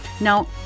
Now